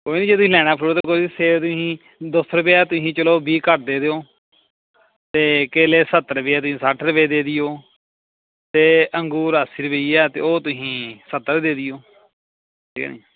ਕੋਈ ਨਹੀਂ ਜੇ ਤੁਸੀਂ ਲੈਣਾ ਫਰੂਟ ਤਾਂ ਕੋਈ ਨਹੀਂ ਸੇਬ ਤੁਸੀਂ ਦੋ ਸੌ ਰੁਪਈਆ ਤੁਸੀਂ ਚਲੋ ਵੀਹ ਘੱਟ ਦੇ ਦਿਓ ਅਤੇ ਕੇਲੇ ਸੱਤਰ ਰੁਪਈਆ ਤੁਸੀਂ ਸੱਠ ਰੁਪਏ ਦੇ ਦਿਓ ਅਤੇ ਅੰਗੂਰ ਅੱਸੀ ਰੁਪਈਆ ਤਾਂ ਉਹ ਤੁਸੀਂ ਸੱਤਰ ਦੇ ਦਿਓ ਠੀਕ ਹੈ ਨਾ